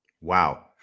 Wow